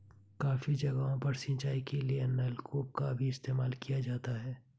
काफी जगहों पर सिंचाई के लिए नलकूप का भी इस्तेमाल किया जाता है